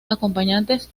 acompañantes